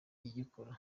igikora